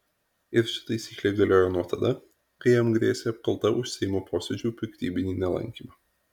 ir ši taisyklė galioja nuo tada kai jam grėsė apkalta už seimo posėdžių piktybinį nelankymą